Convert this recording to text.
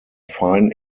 fine